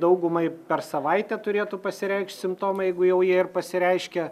daugumai per savaitę turėtų pasireikšt simptomai jeigu jau jie ir pasireiškia